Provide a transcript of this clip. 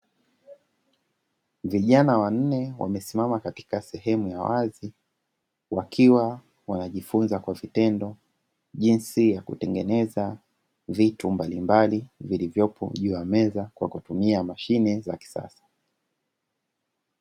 Vijana wanne wamesimama katika sehemu ya wazi wakiwa wanajifunza kwa vitendo, jinsi ya kutengeneza vitu mbalimbali vilivyopo juu ya meza kwa kutumia mashine za kisasa.